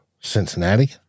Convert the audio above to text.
Cincinnati